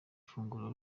funguro